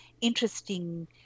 interesting